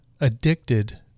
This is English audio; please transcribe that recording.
addicted